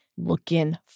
Looking